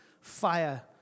fire